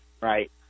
Right